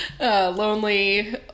lonely